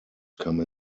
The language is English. come